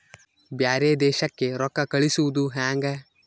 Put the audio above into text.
ಬ್ಯಾರೆ ದೇಶಕ್ಕೆ ರೊಕ್ಕ ಕಳಿಸುವುದು ಹ್ಯಾಂಗ?